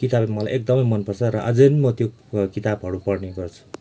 किताब मलाई एकदमै मन पर्छ र अझै पनि म त्यो किताबहरू पढ्ने गर्छु